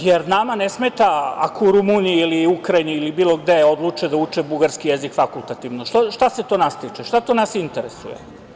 Jer, nama ne smeta ako Rumuniji ili Ukrajini ili bilo gde odluče da uče bugarski jezik fakultativno, šta se to nas tiče, šta to nas interesuje.